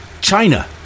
China